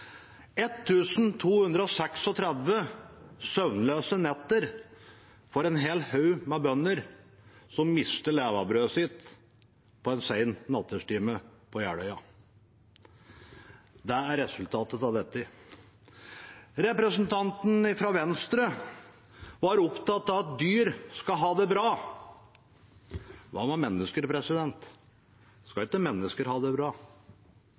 søvnløse netter for en hel haug med bønder som mistet levebrødet sitt en sen nattetime på Jeløya – det er resultatet av dette. Representanten fra Venstre var opptatt av at dyr skal ha det bra. Hva med mennesker? Skal ikke mennesker ha det bra?